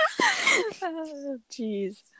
Jeez